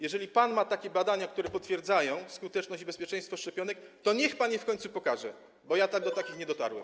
Jeżeli pan ma takie badania, które potwierdzają skuteczność i bezpieczeństwo szczepionek, to niech pan je w końcu pokaże, bo ja do takich nie dotarłem.